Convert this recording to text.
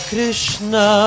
Krishna